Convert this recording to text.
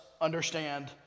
understand